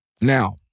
Now